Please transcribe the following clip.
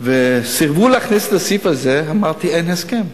וסירבו להכניס את הסעיף הזה, ואמרתי: אין הסכם,